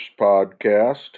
podcast